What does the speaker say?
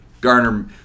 Garner